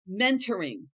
mentoring